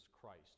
Christ